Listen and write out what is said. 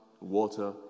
water